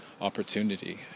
opportunity